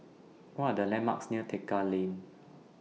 What Are The landmarks near Tekka Lane